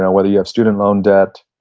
whether you have student loan debt,